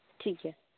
ᱴᱷᱤᱠ ᱜᱮᱭᱟ